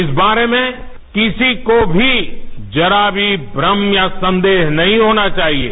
इस बारे में कित्ती को भी जरा भी भ्रम या संदेह नहीं होना चाहिये